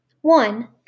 One